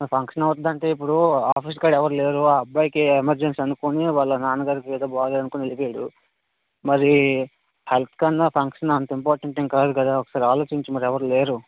function అవ్వుదంటే ఇప్పుడు office కాడ ఎవరు లేరు ఆ అబ్బాయికి ఎమర్జెన్సీ అనుకోని వాళ్ళ నాన్నగారికి ఏదో బాగాలేదు అనుకొని వెళ్లిపోయాడు మరీ హెల్ప్ కన్నా ఫంక్షన్ అంత ఇంపార్టెంట్ ఏం కాదు కదా ఒకసారి ఆలోచించు మరీ ఎవరు లేరు